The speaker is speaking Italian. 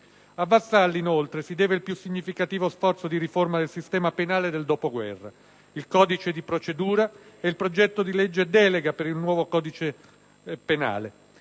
A Vassalli, inoltre, si deve il più significativo sforzo di riforma del sistema penale del dopoguerra: il Codice di procedura penale e il progetto di legge delega per un nuovo Codice penale